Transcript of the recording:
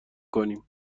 کنیم